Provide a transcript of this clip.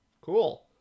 Cool